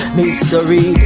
Mystery